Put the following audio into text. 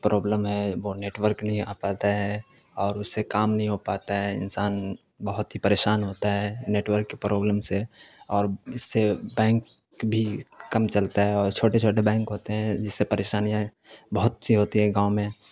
problem ہے وہ network نہیں آ پاتا ہے اور اس سے کام نہیں ہو پاتا ہے انسان بہت ہی پریشان ہوتا ہے نیٹورک کے پرابلم سے اور اس سے بینک بھی کم چلتا ہے اور چھوٹے چھوٹے بینک ہوتے ہیں جس سے پریشانیاں بہت سی ہوتی ہیں گاؤں میں